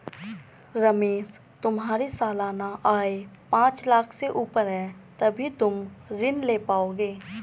रमेश तुम्हारी सालाना आय पांच लाख़ से ऊपर है तभी तुम ऋण ले पाओगे